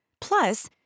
Plus